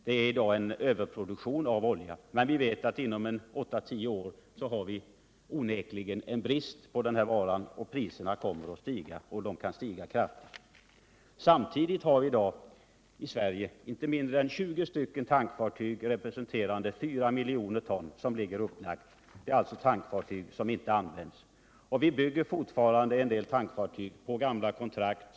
Det råder i dag en överproduktion av olja, men vi vet också att vi inom 8-10 år kommer att ha en brist på denna vara. Priserna kommer att innan dess stiga och det ganska kraftigt. Samtidigt har vi i Sverige inte mindre än 20 tankfartyg, representerande 4 miljoner ton som ligger upplagda. Det är alltså fråga om tankfartyg som inte används. Vi bygger fortfarande en del tankfartyg på gamla kontrakt.